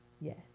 Yes